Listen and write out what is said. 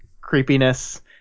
creepiness